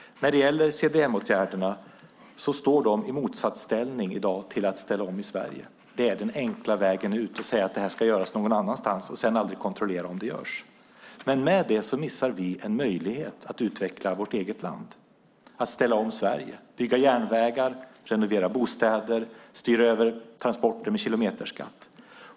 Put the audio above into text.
CDM-åtgärderna står i dag i motsatsställning till att ställa om i Sverige. Det är den enkla vägen ut att säga att det ska göras någon annanstans och sedan aldrig kontrollera att det görs. Men med det missar vi en möjlighet att utveckla vårt eget land, ställa om Sverige, bygga om järnvägar, renovera bostäder och styra över transporter med kilometerskatt.